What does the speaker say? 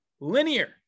linear